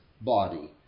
body